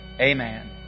amen